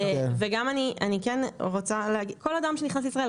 כל אדם שנכנס לישראל,